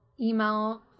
email